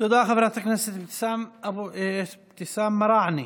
תודה, חברת הכנסת אבתיסאם מראענה.